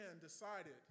decided